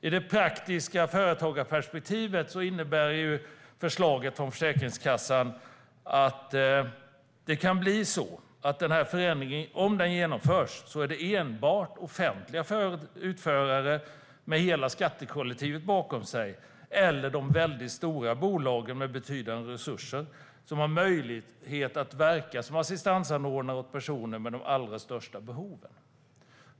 I det praktiska företagarperspektivet innebär förslaget från Försäkringskassan att om förändringen genomförs kan det bli så att enbart offentliga utförare som har hela skattekollektivet bakom sig eller de mycket stora bolag som har betydande resurser har möjlighet att verka som assistansanordnare åt personer med de allra största behoven.